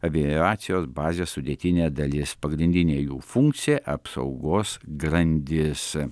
aviacijos bazės sudėtinė dalis pagrindinė jų funkcija apsaugos grandis